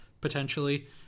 potentially